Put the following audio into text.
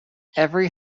every